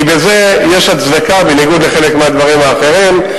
כי בזה יש הצדקה, בניגוד לחלק מהדברים האחרים.